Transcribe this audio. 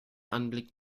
anblick